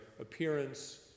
appearance